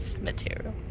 material